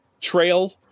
trail